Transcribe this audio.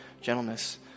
gentleness